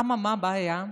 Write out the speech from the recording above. אממה, מה הבעיה?